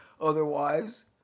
otherwise